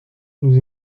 nous